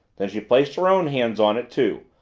then she placed her own hands on it, too,